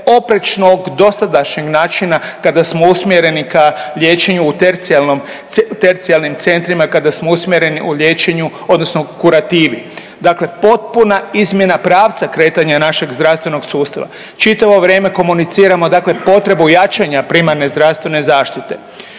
oprečno dosadašnjeg načina kada smo usmjereni ka liječenju u tercijarnim centrima, kada smo usmjereni u liječenju, odnosno u kurativi. Dakle, potpuna izmjena pravca kretanja našeg zdravstvenog sustava. Čitavo vrijeme komuniciramo, dakle potrebu jačanja primarne zdravstvene zaštite.